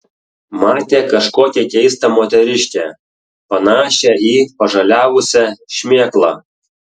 matė kažkokią keistą moteriškę panašią į pažaliavusią šmėklą